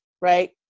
right